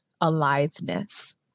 aliveness